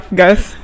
guys